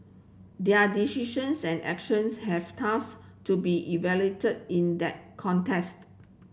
their decisions and actions have thus to be evaluated in that context